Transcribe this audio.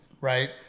right